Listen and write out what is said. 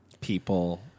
people